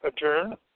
adjourn